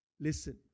listen